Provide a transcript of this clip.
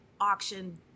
auction